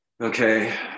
Okay